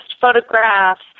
photographs